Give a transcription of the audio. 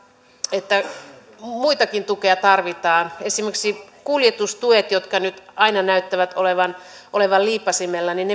että muutakin tukea tarvitaan esimerkiksi kuljetustuet jotka nyt aina näyttävät olevan olevan liipaisimella